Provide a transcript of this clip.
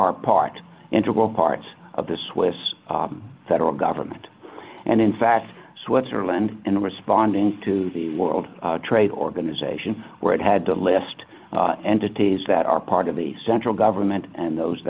are part integral parts of the swiss federal government and in fact switzerland in responding to the world trade organization where it had to list entities that are part of the central government and those